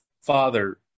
father